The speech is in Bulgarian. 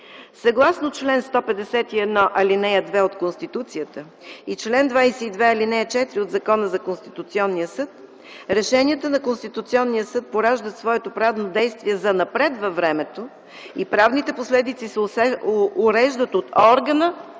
Съгласно чл. 151, ал. 2 от Конституцията и чл. 22, ал. 4 от Закона за Конституционния съд решението на Конституционния съд поражда своето правно действие занапред във времето и правните последици се уреждат от органа,